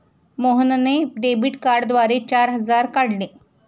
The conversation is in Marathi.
मोहनने डेबिट कार्डद्वारे चार हजार काढले